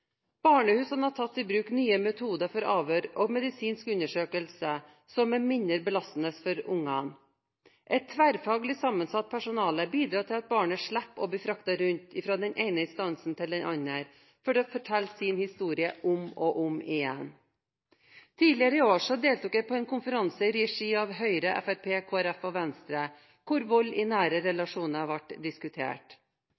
Barnehusene har tatt i bruk nye metoder for avhør og medisinsk undersøkelse som er mindre belastende for barna. Et tverrfaglig sammensatt personale bidrar til at barnet slipper å bli fraktet rundt fra den ene instansen til den andre for å fortelle sin historie om og om igjen. Tidligere i år deltok jeg på en konferanse i regi av Høyre, Fremskrittspartiet, Kristelig Folkeparti og Venstre, hvor vold i nære